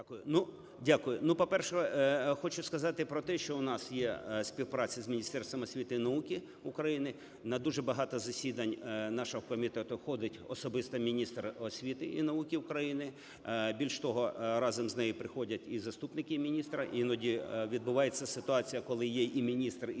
Дякую. Ну, по-перше, хочу сказати про те, що у нас є співпраця з Міністерством і науки України, вона дуже багато засідань нашого комітету ходить, особисто міністр освіти і науки України. Більш того, разом з нею приходять і заступники міністра. Іноді відбувається ситуація, коли є і міністр, і два-три